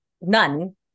none